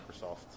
Microsoft